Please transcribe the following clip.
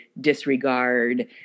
disregard